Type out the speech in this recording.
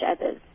others